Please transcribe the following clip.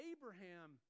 Abraham